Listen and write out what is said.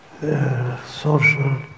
social